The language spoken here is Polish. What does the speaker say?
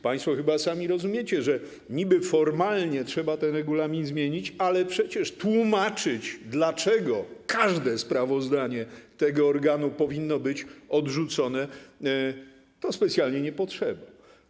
Państwo więc chyba sami rozumiecie, że niby formalnie trzeba ten regulamin zmienić, ale przecież tłumaczenie, dlaczego każde sprawozdanie tego organu powinno być odrzucone, jest specjalnie niepotrzebne.